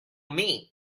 mean